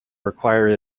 require